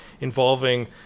involving